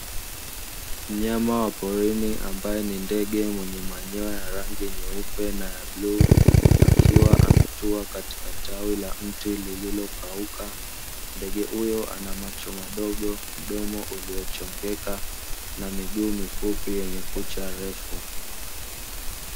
Mnyama wa porini ambaye ni ndege mwenye manyoya ya rangi nyeupe na bluu, akiwa ametua katika tawi la mti lililokauka. Ndege huyo ana macho madogo, mdomo uliochongeka na miguu mifupi yenye refu.